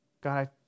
God